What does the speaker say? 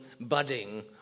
budding